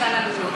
על עלויות,